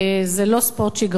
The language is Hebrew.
זה לא ספורט שגרתי,